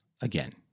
again